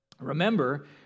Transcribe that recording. Remember